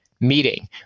meeting